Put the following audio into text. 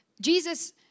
Jesus